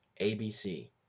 abc